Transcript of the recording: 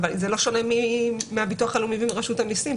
זה לא שונה מהביטוח הלאומי ומרשות המסים.